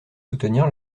soutenir